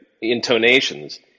intonations